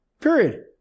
Period